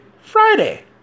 Friday